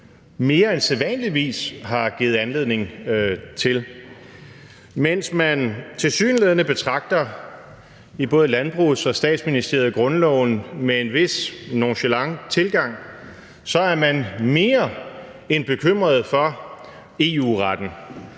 mere end sædvanligvis har givet anledning til. Mens man tilsyneladende i både Landbrugs- og i Statsministeriet betragter grundloven med en vis nonchalant tilgang, så er man mere end bekymret for EU-retten.